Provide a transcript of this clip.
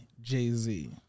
Jay-Z